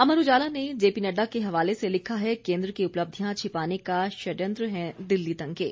अमर उजाला ने जेपी नडडा के हवाले से लिखा है केंद्र की उपलब्धियां छिपाने का षडयंत्र हैं दिल्ली दंगे